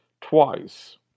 twice